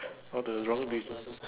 all the wrong peo~